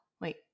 Wait